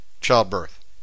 childbirth